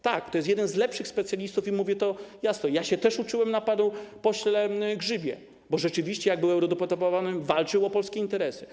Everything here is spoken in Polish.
Tak, to jest jeden z lepszych specjalistów i mówię to jasno: ja się też uczyłem na panu pośle Grzybie, bo rzeczywiście jak był eurodeputowanym, walczył o polskie interesy.